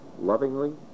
lovingly